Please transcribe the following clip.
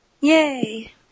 Yay